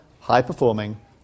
high-performing